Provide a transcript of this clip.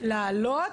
לעלות